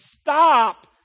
stop